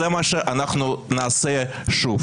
זה מה שנעשה שוב.